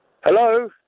Hello